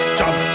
jump